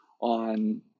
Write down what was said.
on